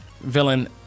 villain